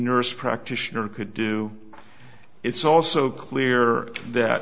nurse practitioner could do it's also clear that